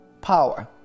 power